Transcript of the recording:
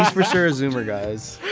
ah for sure a zoomer, guys